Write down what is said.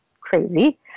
crazy